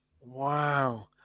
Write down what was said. Wow